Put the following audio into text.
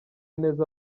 neza